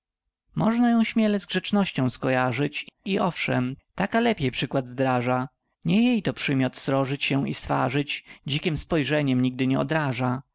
ją śmiele z grzecznością skojarzyć i owszem taka lepiej przykład wdraża nie jejto przymiot srożyć się i swarzyć dzikiem spójrzeniem nigdy nie odraża